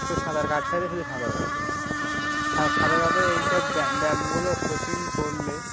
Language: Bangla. শুধু সাঁতার কাটতে হলে শুধু সাঁতার কাটে সাঁতার কাটলে এইসব ব্যায়ামগুলো প্রতিদিন করলে